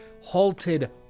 halted